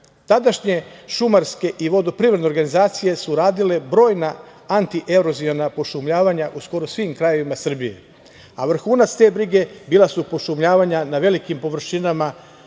problema. Tadašnje šumarske i vodoprivredne organizacije su radile brojna antieroziona pošumljavanja u skoro svim krajevima Srbije, a vrhunac te brige bila su pošumljavanja na velikim površinama,